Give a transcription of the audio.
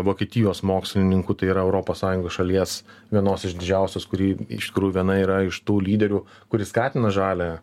vokietijos mokslininkų tai yra europos sąjungos šalies vienos iš didžiausios kuri iš tikršųjų viena yra iš tų lyderių kuri skatina žalią